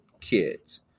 kids